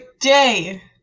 day